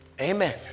Amen